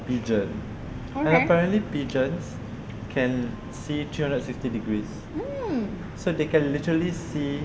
pigeon apparently pigeons can see three hundred sixty degrees so they can literally see